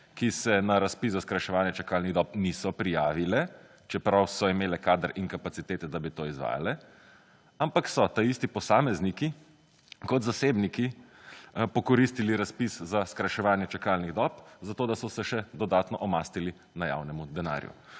ki se na razpis za skrajševanje čakalnih dob niso prijavile, čeprav so imele kader in kapacitete, da bi to izvajale, ampak so ta isti posamezniki kot zasebniki pokoristili razpis za skrajševanje čakalnih dob zato, da so se še dodatno omastili na javnemu denarju.